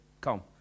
come